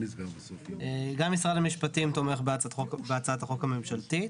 גם משרד המשפטים תומך בהצעת החוק הממשלתית.